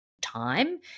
time